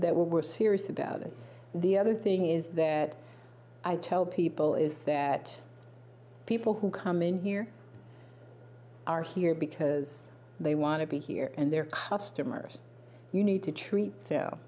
that we're serious about it the other thing is that i tell people is that people who come in here are here because they want to be here and their customers you need to treat